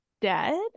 dead